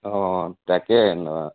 অঁ তাকে নোৱা